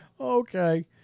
Okay